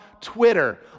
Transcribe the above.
Twitter